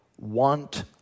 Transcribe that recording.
want